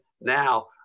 Now